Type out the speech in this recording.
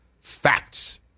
Facts